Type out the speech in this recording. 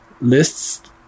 lists